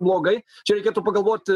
blogai čia reikėtų pagalvot